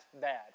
bad